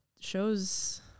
shows